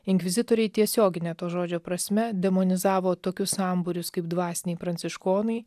inkvizitoriai tiesiogine to žodžio prasme demonizavo tokius sambūrius kaip dvasiniai pranciškonai